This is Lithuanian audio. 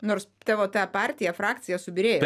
nors tą partiją frakcija subyrėjo